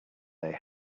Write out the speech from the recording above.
they